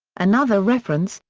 another reference,